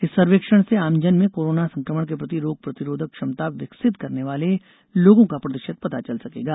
इस सर्वेक्षण से आमजन में कोरोना संकमण के प्रति रोग प्रतिरोधक क्षमता विकसित करने वाले लोगों का प्रतिशत पता चल सकेगा